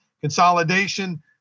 consolidation